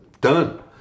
done